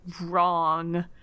wrong